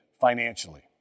financially